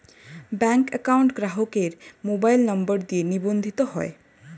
bank account গ্রাহকের mobile number দিয়ে নিবন্ধিত হয়